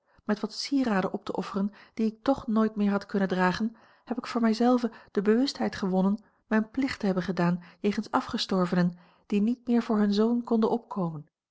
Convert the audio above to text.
met wat sieraden op te offeren die ik toch nooit meer had kunnen dragen heb ik voor mij zelve de bewustheid gewonnen mijn plicht te hebben gedaan jegens afgestorvenen die niet meer voor hun zoon konden opkomen